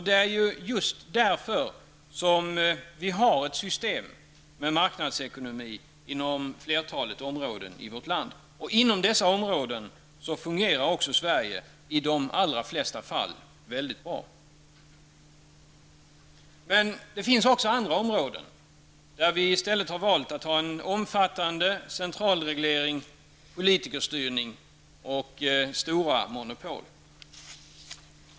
Det är ju just därför som vi har ett system med marknadsekonomi inom flertalet områden i vårt land. I de allra flesta fall fungerar Sverige också bra inom dessa områden. Men det finns också andra områden, där vi i stället har valt att ha en omfattande centralreglering, politikerstyrning och stora monopol.